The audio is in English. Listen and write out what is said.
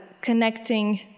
connecting